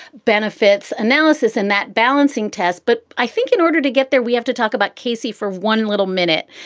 benefits analysis and that balancing test. but i think in order to get there, we have to talk about casey for one little minute,